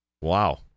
Wow